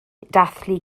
dathlu